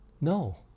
No